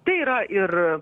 tai yra ir